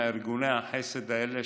ארגוני החסד האלה,